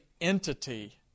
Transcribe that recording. entity